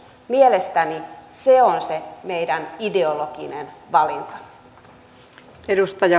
mielestäni se on se meidän ideologinen valintamme